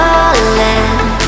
Falling